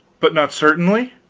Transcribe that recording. but not certainly?